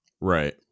Right